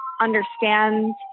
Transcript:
understand